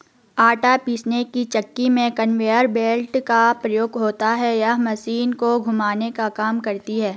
आटा पीसने की चक्की में कन्वेयर बेल्ट का प्रयोग होता है यह मशीन को घुमाने का काम करती है